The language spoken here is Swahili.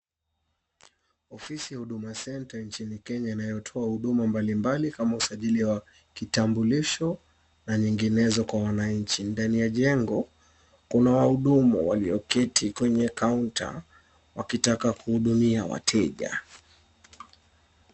Ofisi ya Huduma centre nchini Kenya inayotoa huduma mbali mbali kama usajili wa vitambulisho na nyinginezo kwa wananchi. Ndani ya jengo kuna wahudumu walioketi kwenye kaunta, wakitaka kuwahudumia wateja.